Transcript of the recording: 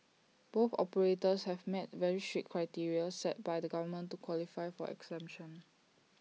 both operators have met very strict criteria set by the government to qualify for exemption